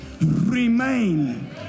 remain